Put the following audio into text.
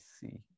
see